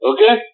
Okay